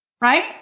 right